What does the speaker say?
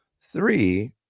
Three